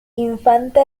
infante